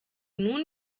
nun